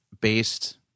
based